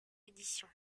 édition